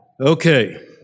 Okay